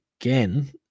again